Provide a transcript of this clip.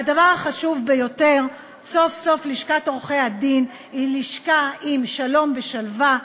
והדבר החשוב ביותר: סוף-סוף לשכת עורכי-הדין היא לשכה של שלום ושלווה,